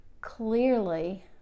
clearly